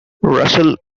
russell